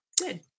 Good